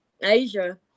Asia